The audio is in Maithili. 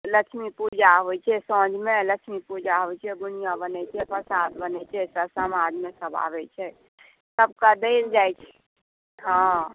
लक्ष्मी पुजा होइ छै साँझमे साँझमे लक्ष्मी पुजा होइ चाही बुनिया बनै छै प्रसाद बनै छै सर समाज आबै छै सभके देल जाइ छै हॅं